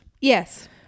Yes